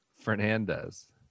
Fernandez